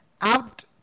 out